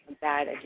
bad